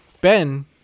Ben